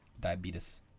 Diabetes